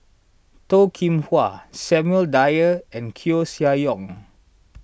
Toh Kim Hwa Samuel Dyer and Koeh Sia Yong